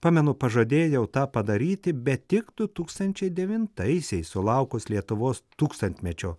pamenu pažadėjau tą padaryti bet tik du tūkstančiai devintaisiais sulaukus lietuvos tūkstantmečio